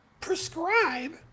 prescribe